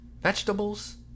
Vegetables